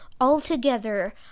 altogether